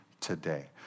today